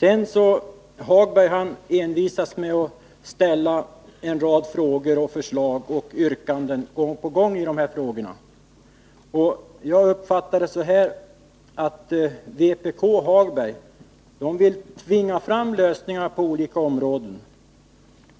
Lars-Ove Hagberg envisas med att gång på gång ställa en rad frågor, förslag och yrkanden om detta. Jag uppfattar det så, att vpk och Lars-Ove Hagberg vill tvinga fram lösningar på olika områden.